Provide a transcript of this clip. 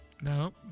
No